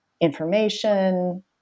information